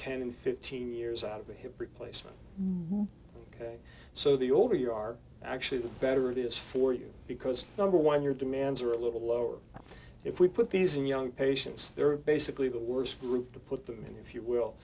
ten and fifteen years out of a hip replacement so the older you are actually the better it is for you because number one your demands are a little lower if we put these in young patients they're basically the worst flu to put them in if you